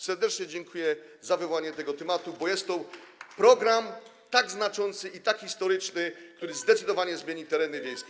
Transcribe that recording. Serdecznie dziękuję za wywołanie tego tematu, bo jest to program znaczący i historyczny, który zdecydowanie zmieni tereny wiejskie.